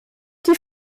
die